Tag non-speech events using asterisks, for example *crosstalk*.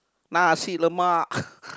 Nasi-Lemak *noise*